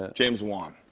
ah james wan.